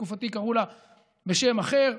בתקופתי קראו לה בשם אחר.